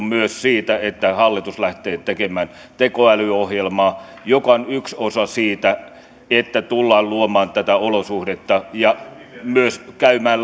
myös siitä että hallitus lähtee tekemään tekoälyohjelmaa joka on yksi osa siitä että tullaan luomaan tätä olosuhdetta ja myös käymään